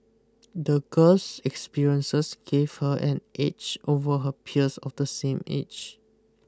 the girl's experiences gave her an edge over her peers of the same age